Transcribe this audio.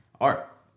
art